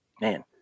man